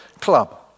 Club